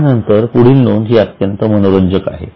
यानंतर पुढील नोंद ही अत्यंत मनोरंजक आहे